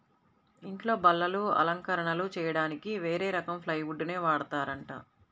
ఇంట్లో బల్లలు, అలంకరణలు చెయ్యడానికి వేరే రకం ప్లైవుడ్ నే వాడతారంట